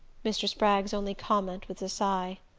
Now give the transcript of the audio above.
mr. spragg's only comment was a sigh.